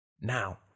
Now